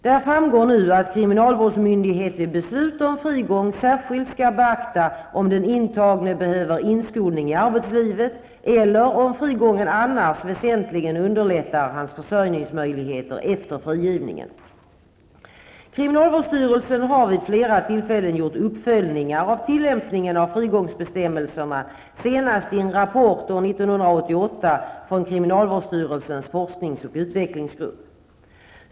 Där framgår nu att kriminalvårdsmyndigheten vid beslut om frigång särskilt skall beakta om den intagne behöver inskolning i arbetslivet eller om frigången annars väsentligen underlättar hans försörjningsmöjligheter efter frigivningen. Kriminalvårdsstyrelsen har vid flera tillfällen gjort uppföljningar av tillämpningen av frigångsbestämmelserna, senast i en rapport år 1988 från kriminalvårdsstyrelsens forskningsoch utvecklingsgrupp.